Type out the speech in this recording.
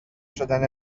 شدن